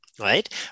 right